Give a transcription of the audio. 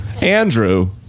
Andrew